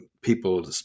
people